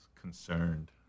concerned